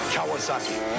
Kawasaki